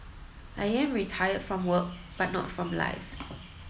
I am retired from work but not from life